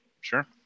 Sure